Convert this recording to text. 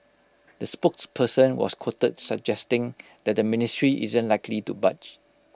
the spokesperson was quoted suggesting that the ministry isn't likely to budge